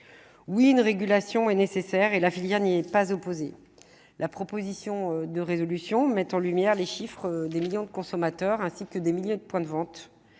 oui une régulation est nécessaire et la filière n'y est pas opposé la proposition de résolution met en lumière les chiffres des millions de consommateurs ainsi que des milliers de points de vente,